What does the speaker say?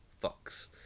Fox